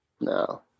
No